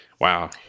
Wow